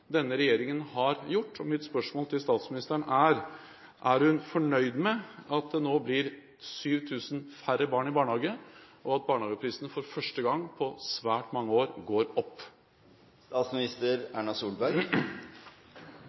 denne regjeringen gjør. Mitt spørsmål til statsministeren er: Er hun fornøyd med at det nå blir 7 000 færre barn i barnehage, og at barnehageprisene, for første gang på svært mange år, går opp?